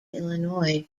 illinois